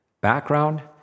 background